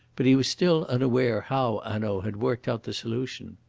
but he was still unaware how hanaud had worked out the solution.